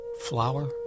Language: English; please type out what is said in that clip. flower